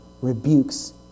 rebukes